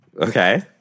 okay